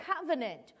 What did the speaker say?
covenant